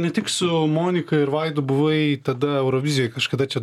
ne tik su monika ir vaidu buvai tada eurovizijoj kažkada čia